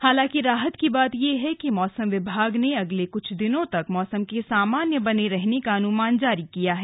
हालांकि राहत की बात यह है कि मौसम विभाग ने अगले कुछ दिनों तक मौसम के सामान्य बने रहने का अनुमान जारी किया है